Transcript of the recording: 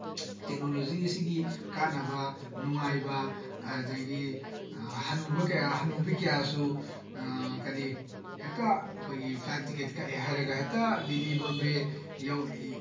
technology ꯑꯁꯤꯒꯤ ꯀꯥꯟꯅꯕ ꯅꯨꯡꯉꯥꯏꯕ ꯑꯗꯒꯤ ꯍꯅꯨꯕ ꯀꯌꯥ ꯍꯅꯨꯕꯤ ꯀꯌꯥꯁꯨ ꯀꯔꯤ ꯍꯦꯛꯇ ꯑꯩꯈꯣꯏꯒꯤ ꯐ꯭ꯂꯥꯏꯠ ꯇꯤꯀꯦꯠ ꯀꯛꯑꯦ ꯍꯥꯏꯔꯒ ꯍꯦꯛꯇ ꯗꯤꯜꯂꯤ ꯕꯣꯝꯕꯦ